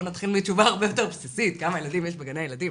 בוא נתחיל מתשובה הרבה יותר בסיסית: כמה ילדים יש בגני הילדים?